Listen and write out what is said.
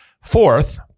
Fourth